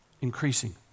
Increasing